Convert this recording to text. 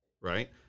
right